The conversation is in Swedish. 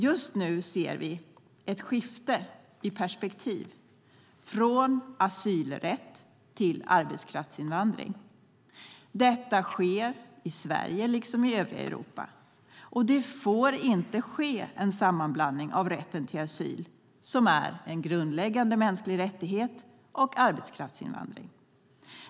Just nu ser vi ett skifte i perspektiv från asylrätt till arbetskraftsinvandring. Detta sker i Sverige liksom i övriga Europa. Det får inte ske en sammanblandning av rätten till asyl, som är en grundläggande mänsklig rättighet, och arbetskraftsinvandring.